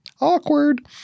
Awkward